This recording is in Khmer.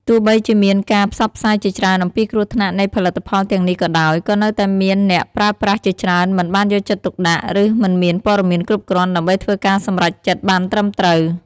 ទោះបីជាមានការផ្សព្វផ្សាយជាច្រើនអំពីគ្រោះថ្នាក់នៃផលិតផលទាំងនេះក៏ដោយ ក៏នៅតែមានអ្នកប្រើប្រាស់ជាច្រើនមិនបានយកចិត្តទុកដាក់ ឬមិនមានព័ត៌មានគ្រប់គ្រាន់ដើម្បីធ្វើការសម្រេចចិត្តបានត្រឹមត្រូវ។